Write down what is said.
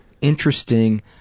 interesting